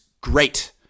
great